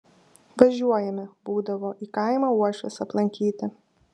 važiuojame būdavo į kaimą uošvės aplankyti